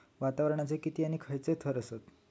वातावरणाचे किती आणि खैयचे थर आसत?